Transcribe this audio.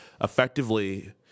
effectively